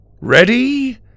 Ready